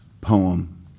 poem